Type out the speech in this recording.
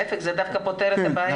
להפך, זה דווקא פותר את הבעיה.